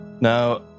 now